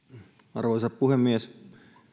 arvoisa puhemies